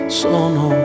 sono